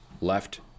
left